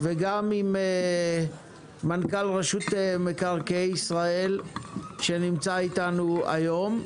וגם עם מנכ"ל רשות מקרקעי ישראל שנמצא איתנו היום.